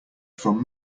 from